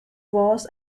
walls